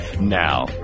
Now